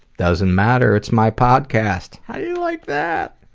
doesn't matter, its my podcast. how you like that?